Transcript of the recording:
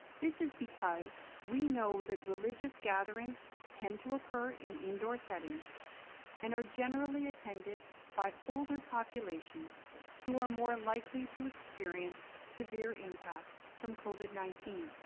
this is because we know that religious gatherings tend to occur in indoor settings and are generally attended by older populations who are more likely to experience severe impacts from covid nineteen